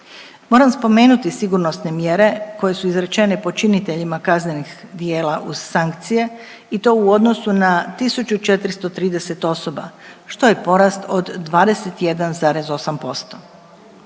Moram spomenuti sigurnosne mjere koje su izrečene počiniteljima kaznenih djela uz sankcije i to u odnosu na 1.430 osoba što je porast od 21,8%.